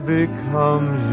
becomes